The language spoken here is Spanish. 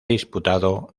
disputado